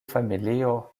familio